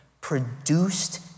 produced